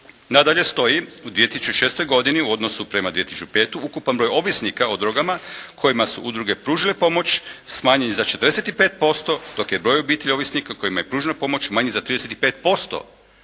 Nadalje stoji u 2006. godini u odnosu prema 2005. ukupan broj ovisnika o drogama kojima su udruge pružile pomoć smanjen je za 45% dok je broj obitelji ovisnika kojima je pružena pomoć manji za 35%.